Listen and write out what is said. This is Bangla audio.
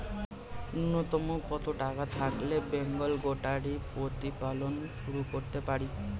নূন্যতম কত টাকা থাকলে বেঙ্গল গোটারি প্রতিপালন শুরু করতে পারি?